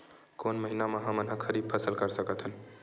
कोन महिना म हमन ह खरीफ फसल कर सकत हन?